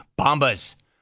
Bombas